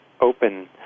open